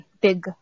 big